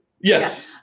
Yes